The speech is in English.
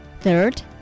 Third